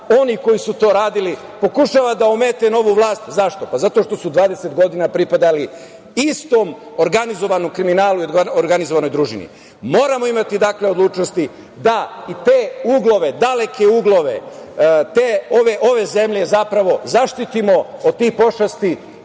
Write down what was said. onih koji su to radili, pokušava da omete novu vlast. Zašto? Pa zato što su 20 godina pripadali istom organizovanom kriminalu i organizovanoj družini. Moramo imati odlučnosti da i te uglove, daleke uglove ove zemlje, zapravo zaštitimo od tih pošasti